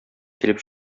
килеп